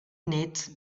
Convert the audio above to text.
net